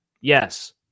Yes